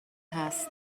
هست